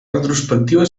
retrospectiva